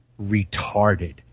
retarded